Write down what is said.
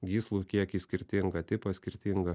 gyslų kiekį skirtingą tipą skirtingą